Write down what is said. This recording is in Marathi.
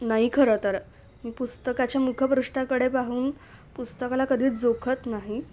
नाही खरं तर मी पुस्तकाच्या मुखपृष्ठाकडे पाहून पुस्तकाला कधीच जोखत नाही